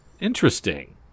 interesting